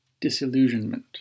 disillusionment